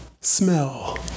smell